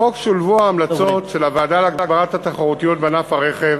בחוק שולבו ההמלצות של הוועדה להגברת התחרותיות בענף הרכב